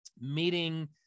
meeting